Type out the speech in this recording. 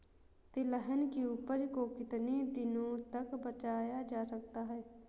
तिलहन की उपज को कितनी दिनों तक बचाया जा सकता है?